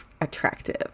attractive